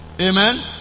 Amen